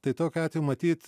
tai tokiu atveju matyt